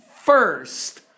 first